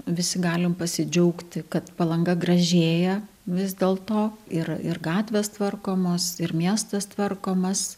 visi galim pasidžiaugti kad palanga gražėja vis dėl to ir ir gatvės tvarkomos ir miestas tvarkomas